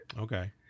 Okay